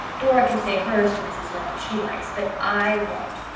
dora can say hers to mrs. lynde if she likes, but i won't.